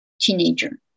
teenager